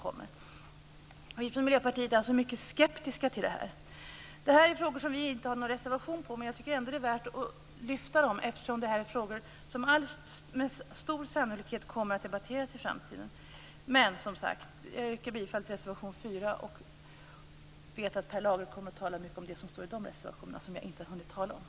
Vi i Miljöpartiet är mycket skeptiska till detta. Det här är frågor som vi inte har några reservationer om, men jag tycker ändå att det är värt att lyfta fram dem, eftersom det är frågor som med stor sannolikhet kommer att debatteras i framtiden. Jag yrkar bifall till reservation 4. Peter Lager kommer att tala om vad som i de reservationer som jag inte hunnit ta upp.